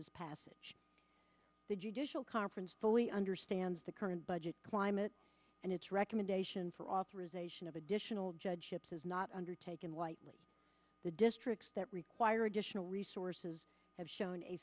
that passage the judicial conference fully understands the current budget climate and its recommendation for authorization of additional judgeships is not undertaken lightly the districts that require additional resources have shown a